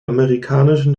amerikanischen